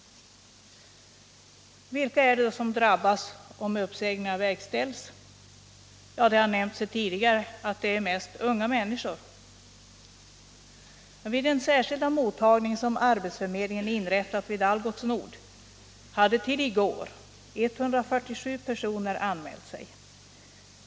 Vilka är det som drabbas, om uppsägningarna verkställs? Det har nämnts tidigare att det är mest unga människor. Vid den särskilda mottagning som arbetsförmedlingen inrättat vid Algots Nord hade till i går 147 personer anmält sig.